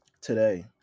today